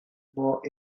more